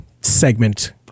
segment